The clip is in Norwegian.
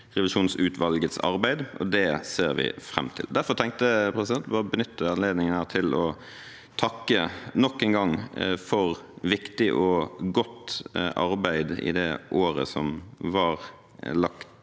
Riksrevisjonsutvalgets arbeid, og det ser vi fram til. Derfor tenkte jeg å benytte anledningen til å takke nok en gang for viktig og godt arbeid i det året som vi har lagt